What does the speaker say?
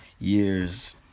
years